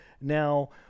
Now